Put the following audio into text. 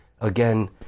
again